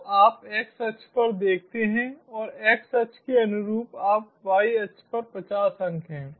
तो आप एक्स अक्ष पर देखते हैं और x अक्ष के अनुरूप आप y अक्ष पर 50 अंक हैं